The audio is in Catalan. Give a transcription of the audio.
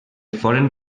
foren